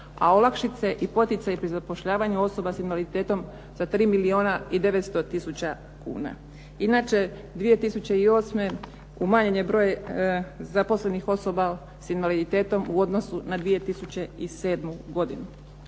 a olakšice i poticaji pri zapošljavanju osoba s invaliditetom za 3 milijuna i 900 tisuća kuna. Inače, 2008. umanjen je broj zaposlenih osoba s invaliditetom u odnosu na 2007. godinu.